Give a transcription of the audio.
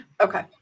Okay